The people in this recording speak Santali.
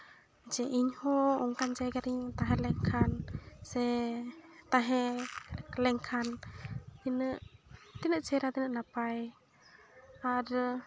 ᱡᱮ ᱤᱧ ᱦᱚᱸ ᱚᱱᱠᱟᱱ ᱡᱟᱭᱜᱟᱨᱮᱧ ᱛᱟᱦᱮ ᱞᱮᱱ ᱠᱷᱟᱱ ᱥᱮ ᱛᱟᱦᱮ ᱞᱮᱱᱠᱷᱟᱱ ᱛᱤᱱᱟᱹᱜ ᱛᱚᱱᱟᱹᱜ ᱪᱮᱦᱨᱟ ᱛᱤᱱᱟᱹᱜ ᱱᱟᱯᱟᱭ ᱟᱨ